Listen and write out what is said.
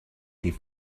des